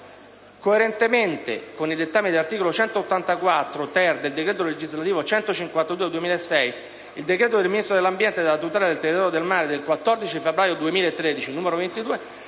Coerentemente con i dettami dell'articolo 184-*ter*, del decreto legislativo n. 152 del 2006 il decreto del Ministro dell'ambiente e della tutela del territorio e del mare 14 febbraio 2013, n. 22,